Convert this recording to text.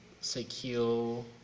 secure